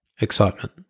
Excitement